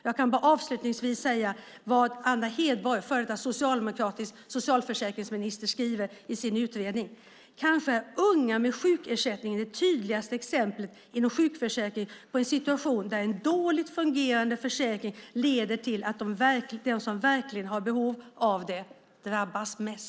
Jag kan bara avslutningsvis citera vad Anna Hedborg, före detta socialdemokratisk socialförsäkringsminister, skriver i sin utredning: "Kanske är unga med sjukersättning det tydligaste exemplet inom sjukförsäkringen på en situation där en dåligt fungerande försäkring leder till att de som verkligen har behov av den drabbas."